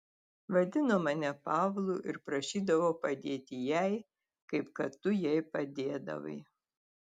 vadino mane pavlu ir prašydavo padėti jai kaip kad tu jai padėdavai